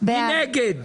מי נגד?